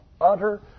utter